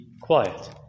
quiet